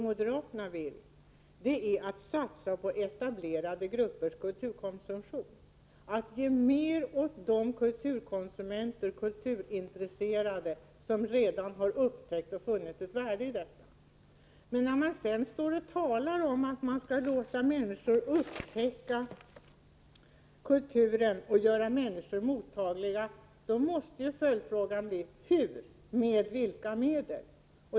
Moderaterna vill satsa på etablerade gruppers kulturkonsumtion. Man vill ge mer åt kulturintresserade kulturkonsumenter, som redan har upptäckt och funnit ett värde i detta. När moderaterna talar om att man skall låta människorna upptäcka kulturen och göra dem mottagliga, måste följdfrågan bli: Hur, och med vilka medel?